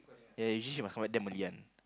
ya usually she must come back damn early one